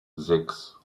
sechs